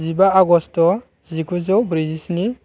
जिबा आगष्ट जिगुजौ ब्रैजिस्नि